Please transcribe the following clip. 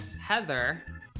Heather